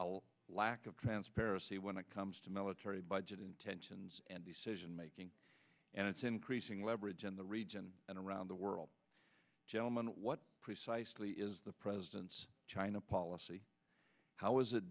space lack of transparency when it comes to military budget intentions and decision making and its increasing leverage in the region and around the world gentlemen what precisely is the president's china policy how is it